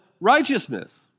righteousness